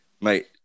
Mate